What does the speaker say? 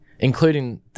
including